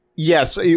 Yes